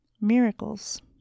miracles